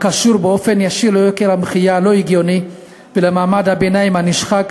הקשור באופן ישיר ליוקר המחיה הלא-הגיוני ולמעמד הביניים הנשחק,